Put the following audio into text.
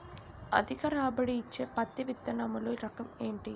అధిక రాబడి ఇచ్చే పత్తి విత్తనములు రకం ఏంటి?